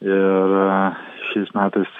ir šiais metais